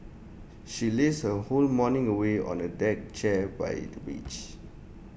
she lazed her whole morning away on A deck chair by the beach